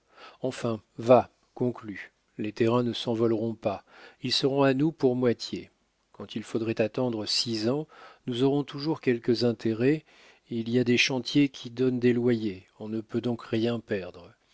enfin va conclus les terrains ne s'envoleront pas ils seront à nous pour moitié quand il faudrait attendre six ans nous aurons toujours quelques intérêts il y a des chantiers qui donnent des loyers on ne peut donc rien perdre